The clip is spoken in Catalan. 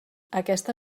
aquesta